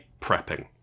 prepping